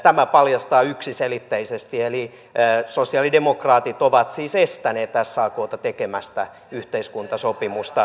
tämä paljastaa yksiselitteisesti että sosialidemokraatit ovat siis estäneet sakta tekemästä yhteiskuntasopimusta